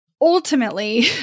Ultimately